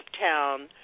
Town